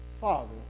father